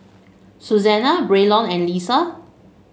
Susana Braylon and Leesa